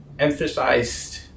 emphasized